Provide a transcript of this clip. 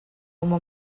uma